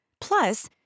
Plus